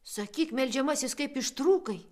sakyk meldžiamasis kaip ištrūkai